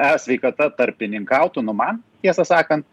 e sveikata tarpininkautų nu man tiesą sakant